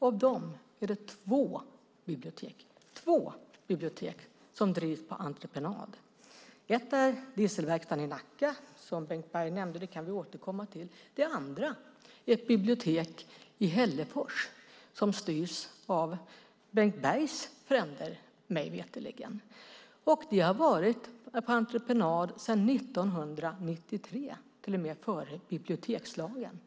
Av dem är det två bibliotek som drivs på entreprenad. Det ena är Dieselverkstaden i Nacka, som Bengt Berg nämnde. Det kan vi återkomma till. Det andra är ett bibliotek i Hällefors, som mig veterligen styrs av Bengt Bergs fränder. Det har drivits på entreprenad sedan 1993, det vill säga till och med innan bibliotekslagen kom.